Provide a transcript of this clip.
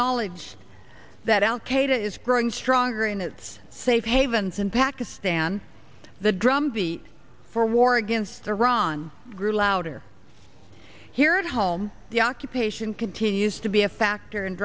knowledge that al qaeda is growing stronger in its safe havens in pakistan the drumbeat for war against iran grew louder here at home the occupation continues to be a factor